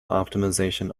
optimization